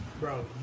bro